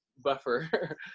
buffer